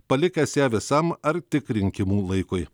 palikęs ją visam ar tik rinkimų laikui